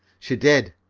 she did.